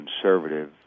conservative